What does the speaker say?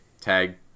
tag